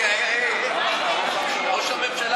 רגע, ראש הממשלה